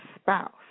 spouse